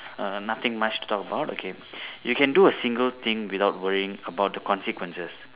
uh nothing much to talk about okay you can do a thing without worrying about the consequences